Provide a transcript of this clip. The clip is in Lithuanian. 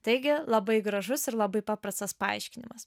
taigi labai gražus ir labai paprastas paaiškinimas